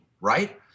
right